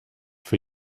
for